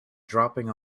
dropping